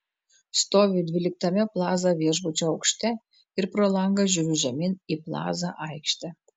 stoviu dvyliktame plaza viešbučio aukšte ir pro langą žiūriu žemyn į plaza aikštę